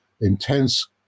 intense